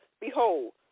behold